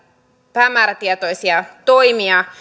päämäärätietoisia toimia